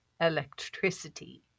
electricity